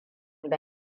na